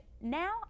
Now